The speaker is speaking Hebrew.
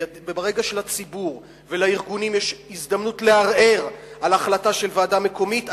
וברגע שלציבור ולארגונים יש הזדמנות לערער על החלטה של ועדה מקומית,